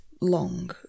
long